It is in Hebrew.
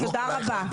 תודה רבה.